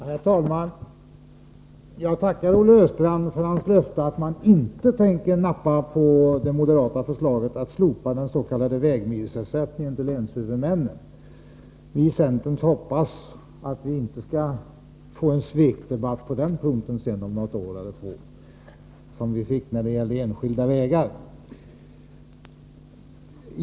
Herr talman! Jag tackar Olle Östrand för hans löfte att inte nappa på det moderata förslaget att slopa den s.k. vägmilsersättningen till länshuvudmännen. Vi i centern hoppas att vi inte skall få en svekdebatt på den punkten om ett år eller två, som vi fick när det gällde enskilda vägar.